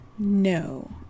No